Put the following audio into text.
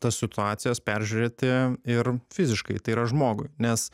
tas situacijas peržiūrėti ir fiziškai tai yra žmogui nes